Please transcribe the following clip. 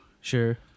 Sure